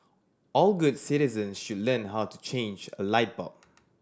all good citizens should learn how to change a light bulb